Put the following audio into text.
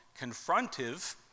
confrontive